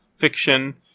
fiction